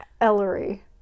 Ellery